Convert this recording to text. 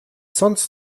sonst